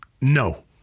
No